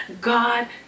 God